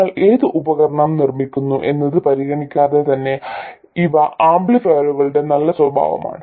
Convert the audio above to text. നിങ്ങൾ ഏത് ഉപകരണം നിർമ്മിക്കുന്നു എന്നത് പരിഗണിക്കാതെ തന്നെ ഇവ ആംപ്ലിഫയറുകളുടെ നല്ല സ്വഭാവമാണ്